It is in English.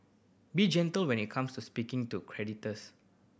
be gentle when it comes to speaking to creditors